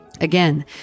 Again